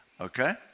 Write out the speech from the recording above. okay